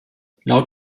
laut